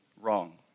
wrong